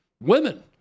women